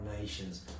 nations